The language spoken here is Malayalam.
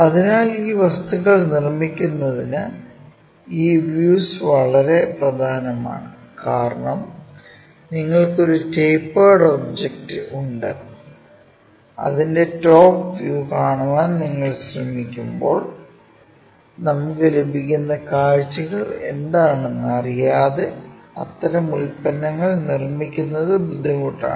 അതിനാൽ ഈ വസ്തുക്കൾ നിർമ്മിക്കുന്നതിന് ഈ വ്യൂസ് വളരെ പ്രധാനമാണ് കാരണം നിങ്ങൾക്ക് ഒരു ടാപ്പേർഡ് ഒബ്ജക്റ്റ് ഉണ്ട് അതിന്റെ ടോപ് വ്യൂ കാണാൻ നമ്മൾ ശ്രമിക്കുമ്പോൾ നമുക്ക് ലഭിക്കുന്ന കാഴ്ചകൾ എന്താണെന്ന് അറിയാതെ അത്തരം ഉൽപ്പന്നങ്ങൾ നിർമ്മിക്കുന്നത് ബുദ്ധിമുട്ടാണ്